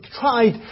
tried